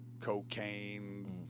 cocaine